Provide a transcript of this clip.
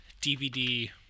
DVD